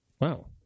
Wow